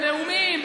בנאומים,